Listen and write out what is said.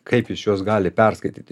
kaip jis juos gali perskaityti